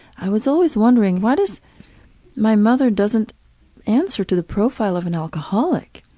i was always wondering, why does my mother doesn't answer to the profile of an alcoholic?